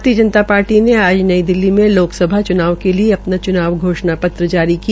भारतीय जनता पार्टी ने आज नई दिल्ली में लोकसभा चुनाव के लिये अपना च्नाव घोषणा पत्र जारी किया